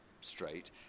straight